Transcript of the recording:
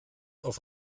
auf